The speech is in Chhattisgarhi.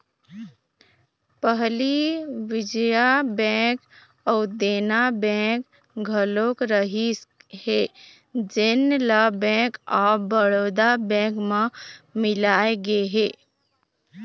पहली विजया बेंक अउ देना बेंक घलोक रहिस हे जेन ल बेंक ऑफ बड़ौदा बेंक म मिलाय गे हे